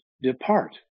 Depart